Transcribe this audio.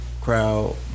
crowd